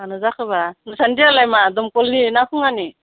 मानो जाखोबा नोंसानि दैयालाय मा दंखलनिना खुङानि